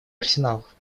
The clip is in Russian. арсеналов